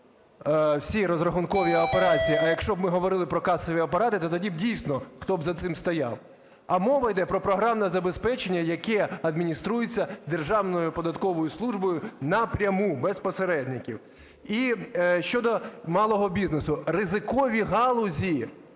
всі розрахункові операції, а якщо б ми говорили про касові апарати – то тоді б, дійсно, хто б за цим стояв? А мова йде про програмне забезпечення, яке адмініструється Державною податковою службою напряму, без посередників. І щодо малого бізнесу. Ризикові галузі